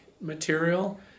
material